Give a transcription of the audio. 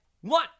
One